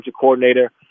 coordinator